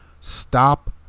stop